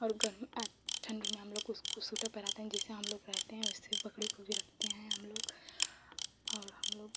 और गरमी ठण्डी में हमलोग उसको सूटर पहिराते हैं जिससे हमलोग रहते हैं वैसे बकरी को भी रखते हैं हमलोग और